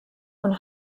und